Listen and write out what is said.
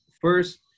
first